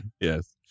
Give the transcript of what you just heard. Yes